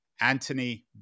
Anthony